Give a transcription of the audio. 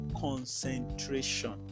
concentration